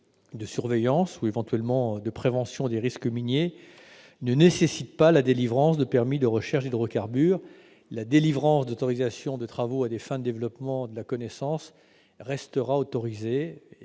de surveillance ou de prévention des risques miniers ne nécessite pas la délivrance de permis de recherches d'hydrocarbures. La délivrance d'autorisations de travaux à des fins de développement de la connaissance restera autorisée,